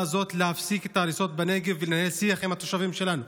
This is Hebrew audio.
הזאת להפסיק את ההריסות בנגב ולנהל שיח עם התושבים שלנו.